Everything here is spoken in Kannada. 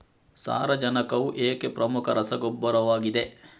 ಸಾರಜನಕವು ಏಕೆ ಪ್ರಮುಖ ರಸಗೊಬ್ಬರವಾಗಿದೆ?